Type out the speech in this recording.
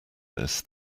this